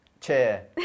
Chair